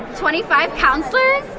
twenty five counselors,